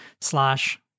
slash